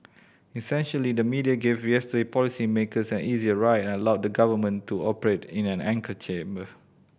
essentially the media gave yesterday policy makers an easier ride and allowed the government to operate in an echo chamber